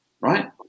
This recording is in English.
right